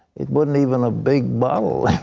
it wasn't even a big bottle.